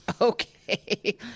Okay